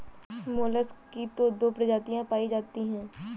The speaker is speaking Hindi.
मोलसक की तो दो प्रजातियां पाई जाती है